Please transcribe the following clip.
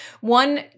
One